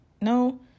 no